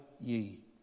ye